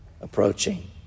approaching